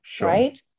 Right